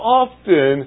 often